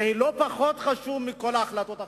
שהיא לא פחות חשובה מכל ההחלטות האחרות,